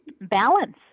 balance